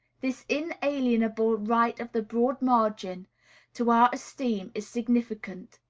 this inalienable right of the broad margin to our esteem is significant.